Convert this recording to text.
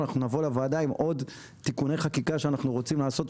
אנחנו נבוא לוועדה עם עוד תיקוני חקיקה שאנחנו רוצים לעשות,